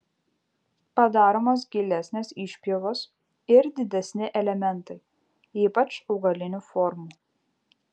padaromos gilesnės išpjovos ir didesni elementai ypač augalinių formų